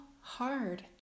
hard